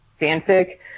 fanfic